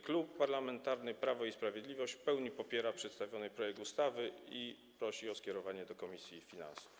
Klub Parlamentarny Prawo i Sprawiedliwość w pełni popiera przedstawiony projekt ustawy i prosi o skierowanie go do komisji finansów.